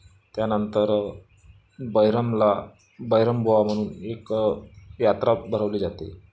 त्यानंतर बैरमला बैरमबुवा म्हणून एक यात्रा भरवली जाते